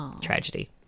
Tragedy